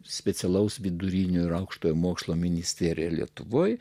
specialaus vidurinio ir aukštojo mokslo ministerija lietuvoje